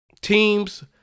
teams